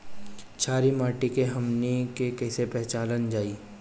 छारी माटी के हमनी के कैसे पहिचनल जाइ?